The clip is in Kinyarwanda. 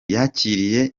yakiriye